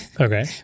Okay